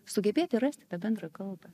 sugebėti rasti tą bendrą kalbą